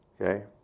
Okay